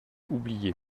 oublié